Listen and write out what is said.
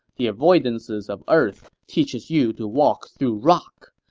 the avoidances of earth teaches you to walk through rock.